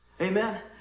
Amen